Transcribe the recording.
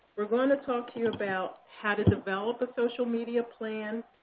we're going to talk to you about how to develop a social media plan,